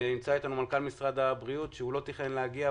נמצא אתנו מנכ"ל משרד הבריאות שלא תכנן להגיע,